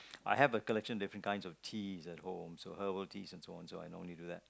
I have a collection different kinds of teas at home so herbal teas and so on so I do that